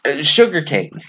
sugarcane